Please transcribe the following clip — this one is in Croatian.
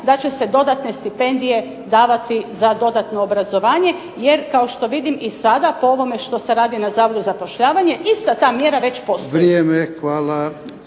da će se dodatne stipendije davati za dodatno obrazovanje jer kao što vidim i sada po ovome što se radi na Zavodu za zapošljavanje ista ta mjera već postoji. **Jarnjak, Ivan